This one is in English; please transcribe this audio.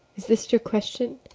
is this your question?